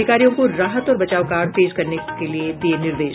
अधिकारियों को राहत और बचाव कार्य तेज करने का दिया निर्देश